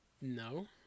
No